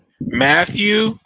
Matthew